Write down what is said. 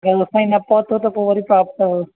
कल्ह ताईं न पहुतो त पोइ वरी फ्लौप अथव